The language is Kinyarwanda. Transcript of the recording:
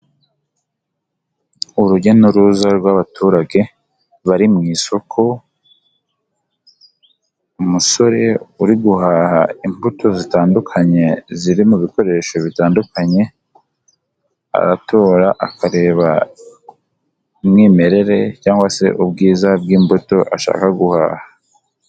Urujya n'uruza rw'abaturage bari mu isoko, umusore uri guhaha imbuto zitandukanye ziri mu bikoresho bitandukanye, aratora akareba umwimerere cyangwa se ubwiza bw'imbuto ashaka guhaha.